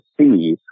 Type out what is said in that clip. see